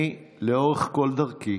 לאורך כל דרכי